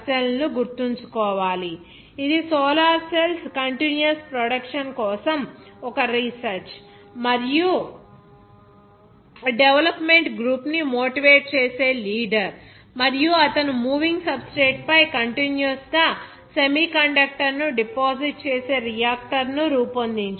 W Fraser Russell ను గుర్తుంచుకోవాలి ఇది సోలార్ సెల్స్ కంటిన్యూయస్ ప్రొడక్షన్ కోసం ఒక రీసెర్చ్ మరియు డెవలప్మెంట్ గ్రూప్ ని మోటివేట్ చేసే లీడర్ మరియు అతను మూవింగ్ సబ్స్ట్రేట్ పై కంటిన్యుయస్ గా సెమీకండక్టర్ను డిపాజిట్ చేసే రియాక్టర్ను రూపొందించాడు